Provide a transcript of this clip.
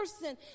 person